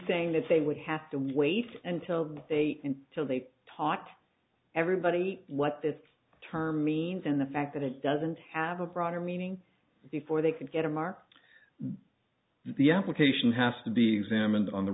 saying that they would have to wait until they until they taught everybody what this term means and the fact that it doesn't have a broader meaning before they can get a mark the application has to be examined on the